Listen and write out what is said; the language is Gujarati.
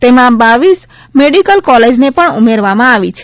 તેમાં બાવીસ મેડિકલ કોલેજને પણ ઉમેરવામાં આવી છે